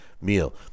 meal